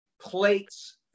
plates